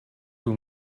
who